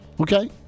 Okay